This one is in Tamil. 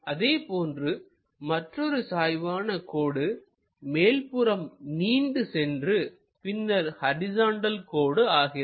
அதே போன்று மற்றொரு சாய்வான கோடு மேற்புறம் நீண்டு சென்று பின்னர் ஹரிசாண்டல் கோடு ஆகிறது